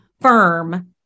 firm